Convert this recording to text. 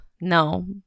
No